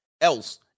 else